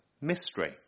mystery